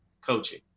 coaching